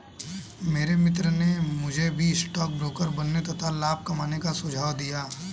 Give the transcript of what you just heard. मेरे मित्र ने मुझे भी स्टॉक ब्रोकर बनने तथा लाभ कमाने का सुझाव दिया